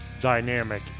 dynamic